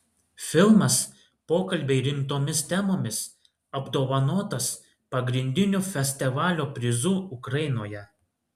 filmas pokalbiai rimtomis temomis apdovanotas pagrindiniu festivalio prizu ukrainoje